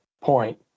point